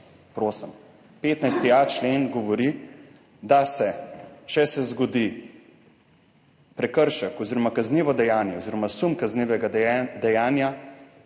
15.a člen govori, da se, če se zgodi prekršek oziroma kaznivo dejanje oziroma sum kaznivega dejanja